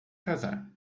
casar